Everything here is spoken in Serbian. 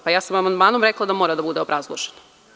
Pa ja sam amandmanom rekla da mora da bude obrazložena.